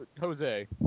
jose